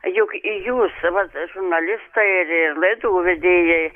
juk jūs vat žurnalistai ir ir laidų vedėjai